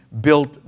built